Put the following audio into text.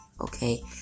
okay